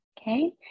okay